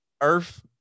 Earth